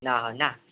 ना ना